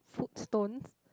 foot stone